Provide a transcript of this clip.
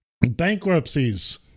Bankruptcies